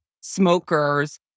smokers